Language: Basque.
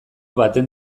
baten